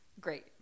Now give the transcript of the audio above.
great